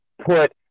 put